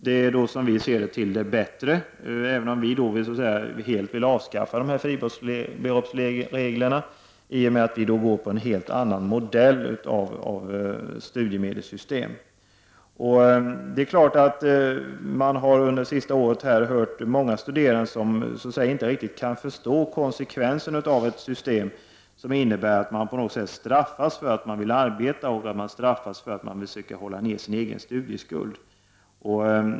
Det är som vi ser det till det bättre, även om vi helt vill avskaffa fribeloppsreglerna i och med att vi önskar en helt annan modell av studiemedelssystem. Under det senaste året har vi hört många studerande som inte riktigt kan förstå ett system, som innebär att man straffas för att man vill arbeta och för att man försöker hålla nere sin egen studieskuld.